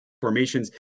formations